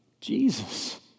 Jesus